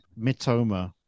Mitoma